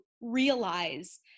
realize